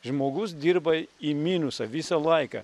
žmogus dirba į minusą visą laiką